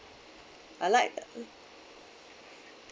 I like